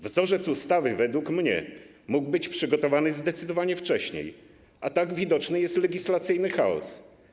Wzorzec ustawy według mnie mógł być przygotowany zdecydowanie wcześniej, bo widoczny jest legislacyjny chaos.